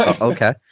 okay